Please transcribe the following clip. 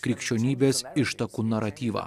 krikščionybės ištakų naratyvą